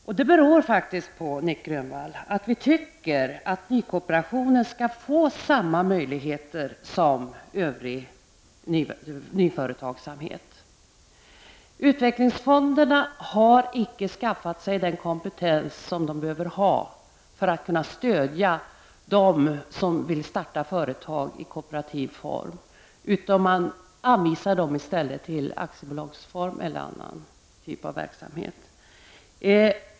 Detta beror på att vi tycker att nykooperationen skall få samma möjligheter som övrig nyföretagsamhet. Utvecklingsfonderna har icke skaffat sig den kompetens som de behöver för att kunna stödja dem som vill starta företag i kooperativ form. Man hänvisar dem i stället till aktiebolagsform eller någon annan typ av verksamhet.